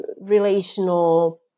relational